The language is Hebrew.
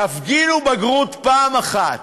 תפגינו בגרות פעם אחת,